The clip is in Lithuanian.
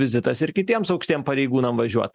vizitas ir kitiems aukštiem pareigūnam važiuot